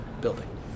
building